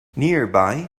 nearby